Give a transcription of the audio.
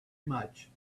much